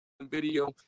video